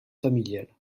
familiale